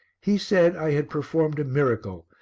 he said i had performed a miracle,